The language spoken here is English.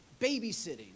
babysitting